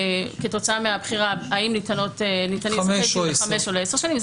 שכתוצאה מהבחירה ההבדל האם ניתן לספק לחמש או לעשר שנים.